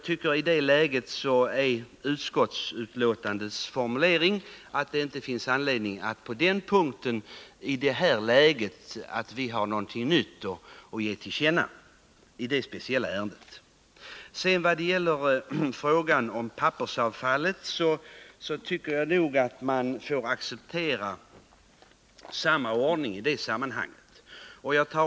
I det läget tycker jag att formuleringen i utskottsbetänkandet är riktig, att utskottet inte har något nytt att ge till känna i det speciella ärendet. Vad gäller frågan om pappersavfallet anser jag att man får acceptera samma ordning i det sammanhanget.